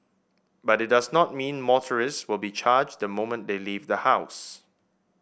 but it does not mean motorists will be charged the moment they leave the house